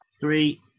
Three